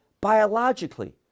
biologically